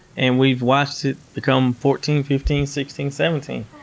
and we've watched it become fourteen, fifteen, sixteen, seventeen.